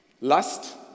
lust